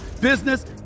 business